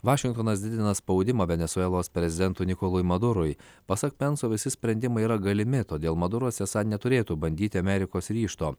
vašingtonas didina spaudimą venesuelos prezidentui nikolui madurui pasak penso visi sprendimai yra galimi todėl maduras esą neturėtų bandyti amerikos ryžto